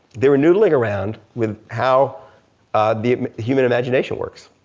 they were noodling around with how the human imagination works.